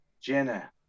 Jenna